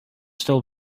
still